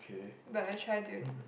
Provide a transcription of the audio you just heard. but I try to